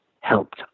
helped